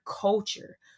culture